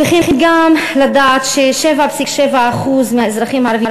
צריכים גם לדעת ש-7.7% מהאזרחים הערבים,